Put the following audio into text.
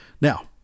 now